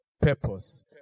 Purpose